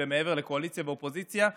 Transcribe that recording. ומעבר לקואליציה ואופוזיציה,